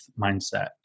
mindset